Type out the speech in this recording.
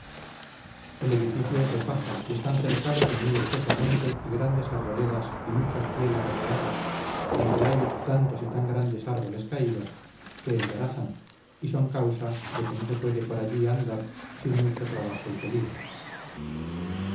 el edificio es de paja y están cercados de muy espeso monte y grandes arboledas y muchos piélagos de agua donde hay tantos y tan grandes árboles caídos que embarazan y son causa que no se puede por allí andar sin mucho trabajo y peligro